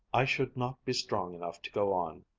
i should not be strong enough to go on.